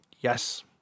Yes